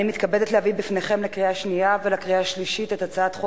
אני מתכבדת להביא בפניכם לקריאה שנייה ולקריאה שלישית את הצעת חוק